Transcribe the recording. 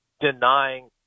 denying